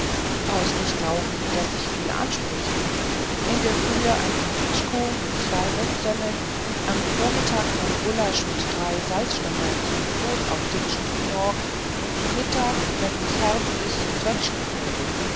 brauchst nicht glauben daß ich viel ansprüch mach in der frühe ein kaffitschko mit zwei mundsemmeln am vormittag mein gulasch mit drei salzstangerln zum soßauftitschen no und zu mittag wenn herbst is